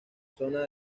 zona